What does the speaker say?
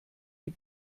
die